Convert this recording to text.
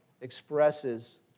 expresses